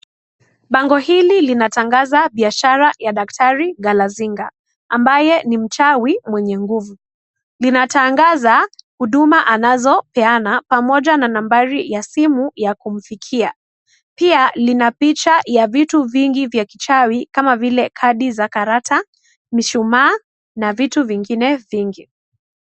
Bango hili linatangaza biashara ya daktari Galazinga. Ambaye ni mchawi mwenye nguvu. Linatangaza huduma anazopeana pamoja na nambari ya simu ya kumfikia. Pia lina picha ya vitu vingi vya kichawi kama vile kadi za karata, mishumaa na vitu vingine vingi.